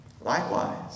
Likewise